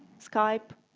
skype,